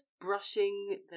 brushing